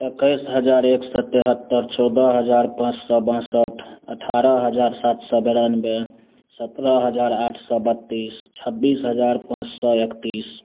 इक्कीस हज़ार एक सौ तिहत्तर चौदह हज़ार पाँच सौ बासठ अठारह हज़ार सात सौ बिरानवे सत्रह हज़ार आठ सौ बत्तीस छब्बीस हज़ार पाँच सौ इकत्तीस